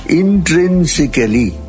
intrinsically